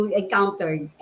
encountered